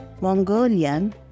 Mongolian